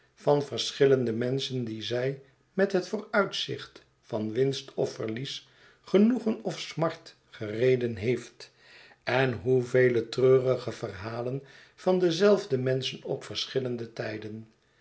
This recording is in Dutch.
van de verschillende menschen die zij met het vooruitzicht van winst of verlies genoegen of smart gereden heeft en hoevele treurige verhalen van dezelfde menschen op verschillende tijden